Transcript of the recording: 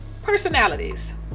Personalities